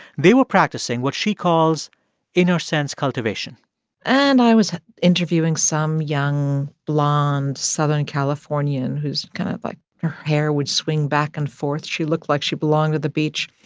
they were practicing what she calls inner sense cultivation and i was interviewing some young, blonde southern californian who's kind of like her hair would swing back and forth. she looked like she belonged at the beach.